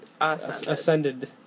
ascended